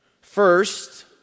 First